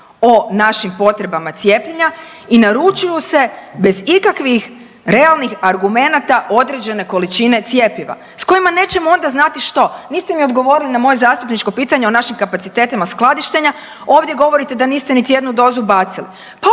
o našim potrebama cijepljenja i naručuju se bez ikakvih realnih argumenata određene količine cjepiva s kojima nećemo onda znati što. Niste mi odgovorili na moje zastupničko pitanje o našim kapacitetima skladištenja. Ovdje govorite da niste niti jednu dozu bacili.